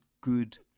good